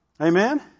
Amen